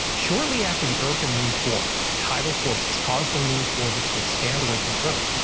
shortly after the earth and moon form, tidal forces cause the moon's orbit to expand away from the earth,